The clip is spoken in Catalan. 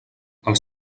els